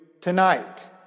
tonight